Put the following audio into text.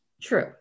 True